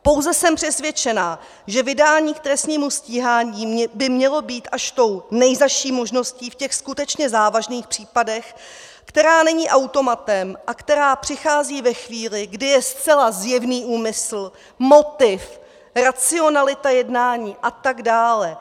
Pouze jsem přesvědčena, že vydání k trestnímu stíhání by mělo být až tou nejzazší možností v těch skutečně závažných případech, která není automatem a která přichází ve chvíli, kdy je zcela zjevný úmysl, motiv, racionalita jednání a tak dále.